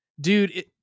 dude